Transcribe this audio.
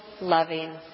loving